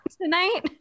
tonight